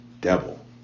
devil